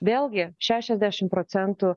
vėlgi šešiasdešim procentų